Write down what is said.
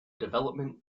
development